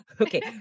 okay